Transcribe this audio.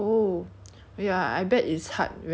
I don't think 我会去 try sia